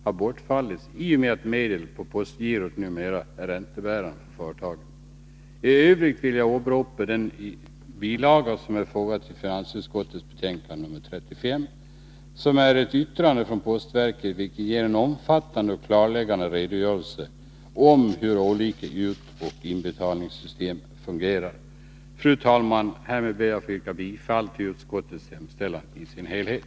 Men det är inte aktuellt längre, i och med att medel på postgirot numera är räntebärande för företagen. I övrigt vill jag åberopa den bilaga som är fogad vid finansutskottets betänkande 35 och som utgörs av ett yttrande från postverket. Det är en 20 april 1983 Fru talman! Härmed ber jag att få yrka bifall till utskottets hemställan i dess helhet.